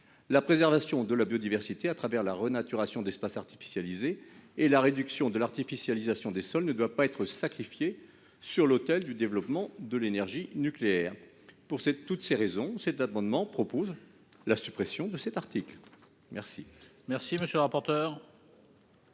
La préservation de la biodiversité au travers de la renaturation d'espaces artificialisés et la réduction de l'artificialisation des sols ne doivent pas être sacrifiées sur l'autel du développement de l'énergie nucléaire. Pour toutes ces raisons, cet amendement vise à supprimer cet article. Quel